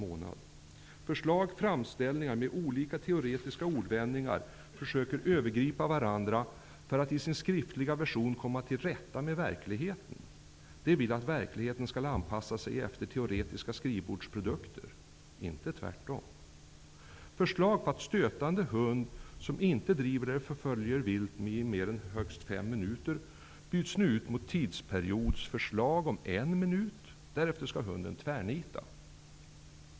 I förslag och framställningar med olika teoretiska ordvändningar som övergriper varandra försöker man i sin skriftliga version komma till rätta med verkligheten. Man vill att verkligheten skall anpassas efter teoretiska skrivbordsprodukter -- inte tvärtom. Förslag om att stötande hund inte får driva eller förfölja vilt i mer än högst fem minuter byts ut mot ett förslag om en tidsperiod om en minut. Därefter skall hunden tvärnita.